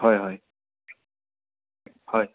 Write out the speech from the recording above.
হয় হয়